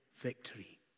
victory